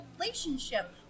relationship